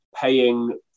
paying